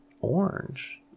Orange